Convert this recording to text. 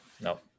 No